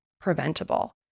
preventable